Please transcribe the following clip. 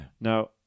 Now